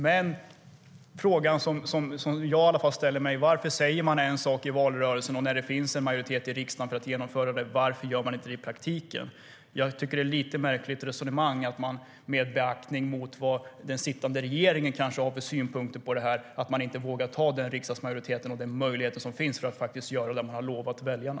Den fråga jag ställer mig är varför man säger en sak i valrörelsen och sedan, när det finns majoritet i riksdagen för att genomföra det man sagt, inte röstar för det i praktiken. Det är ett lite märkligt resonemang att man med beaktande av vad den sittande regeringen har för synpunkter på saken inte vågar ta den möjlighet som finns för att göra det som man lovat väljarna.